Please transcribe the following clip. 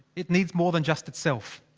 it needs more than just itself.